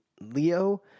Leo